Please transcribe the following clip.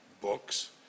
Books